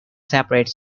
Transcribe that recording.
separate